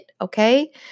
Okay